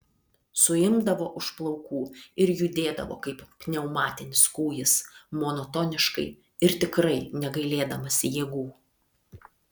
suimdavo už plaukų ir judėdavo kaip pneumatinis kūjis monotoniškai ir tikrai negailėdamas jėgų